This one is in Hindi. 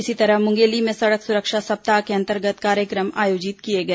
इसी तरह मुंगेली में सड़क सुरक्षा सप्ताह के अंतर्गत कार्यक्रम आयोजित किए गए